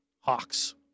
Hawks